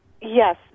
Yes